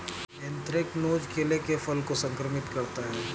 anthracnose रोग केले के फल को संक्रमित करता है